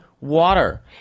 water